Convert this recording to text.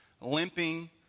limping